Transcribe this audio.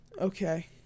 okay